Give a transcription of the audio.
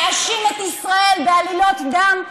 להאשים את ישראל בעלילות דם,